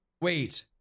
Wait